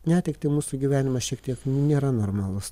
netektį mūsų gyvenimas šiek tiek nėra normalus